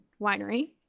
winery